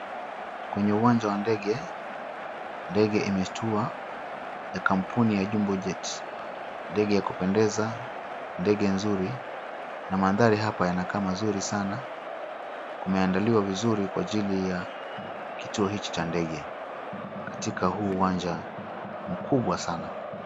Kwenye uwanja wa ndege, ndege imetua ya kampuni ya 'Jumbo jet', ndege ya kupendeza. Ndege nzuri na maandhari hapa yanakaa mazuri sana, kumeandaliwa vizuri kwa ajili ya kituo hiki cha ndege, katika huu uwanja mkubwa sana.